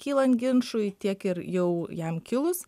kylant ginčui tiek ir jau jam kilus